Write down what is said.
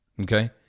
Okay